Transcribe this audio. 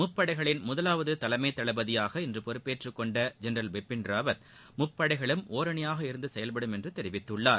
முப்படைகளின் முதலாவது தலைமை தளபதியாக இன்று பொறுப்பேற்றுக்கொண்ட ஜெனரல் பிபின் ராவத்முப்படைகளும் ஒரணியாக இருந்து செயல்படும் என்று தெரிவித்துள்ளார்